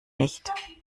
nicht